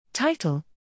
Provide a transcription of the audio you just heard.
Title